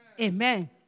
Amen